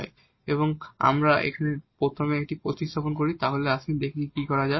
এখন যদি আমরা এখানে প্রথমে এটি প্রতিস্থাপন করি তাহলে আসুন দেখি কি হবে